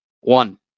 one